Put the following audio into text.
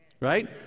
right